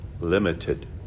limited